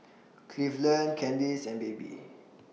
Cleveland Kandice and Baby